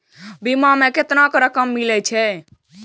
बीमा में केतना रकम मिले छै?